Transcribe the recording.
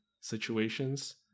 situations